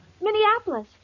Minneapolis